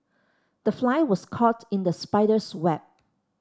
the fly was caught in the spider's web